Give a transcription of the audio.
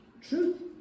truth